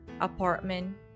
apartment